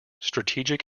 strategic